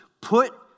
Put